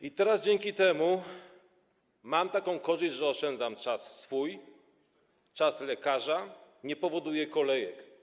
I teraz dzięki temu mam taką korzyść, że oszczędzam czas swój, czas lekarza, nie powoduję kolejek.